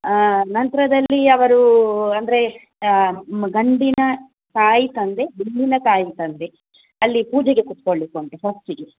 ಆ ನಂತರದಲ್ಲಿ ಅವರು ಅಂದರೆ ಗಂಡಿನ ತಾಯಿ ತಂದೆ ಹೆಣ್ಣಿನ ತಾಯಿ ತಂದೆ ಅಲ್ಲಿ ಪೂಜೆಗೆ ಕೂತ್ಕೊಳ್ಳಿಕ್ಕುಂಟು ಫಸ್ಟಿಗೆ